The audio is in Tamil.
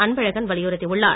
அன்பழகன் வலியுறுத்தியுள்ளார்